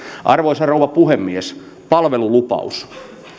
arvoisa rouva puhemies palvelulupaus